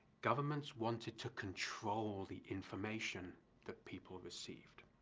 governments wanted to control the information that people received.